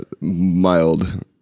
mild